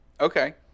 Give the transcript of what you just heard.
okay